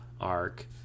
arc